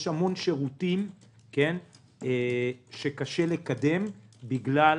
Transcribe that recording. יש המון שירותים שקשה לקדם בגלל